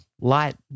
light